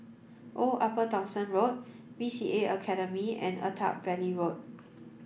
Old Upper Thomson Road B C A Academy and Attap Valley Road